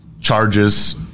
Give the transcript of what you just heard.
charges –